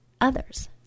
others